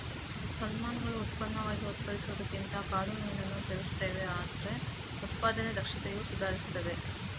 ಸಾಲ್ಮನ್ಗಳು ಉತ್ಪನ್ನವಾಗಿ ಉತ್ಪಾದಿಸುವುದಕ್ಕಿಂತ ಕಾಡು ಮೀನನ್ನು ಸೇವಿಸ್ತವೆ ಆದ್ರೂ ಉತ್ಪಾದನೆ ದಕ್ಷತೆಯು ಸುಧಾರಿಸ್ತಿದೆ